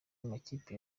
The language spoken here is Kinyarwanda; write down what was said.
amakipe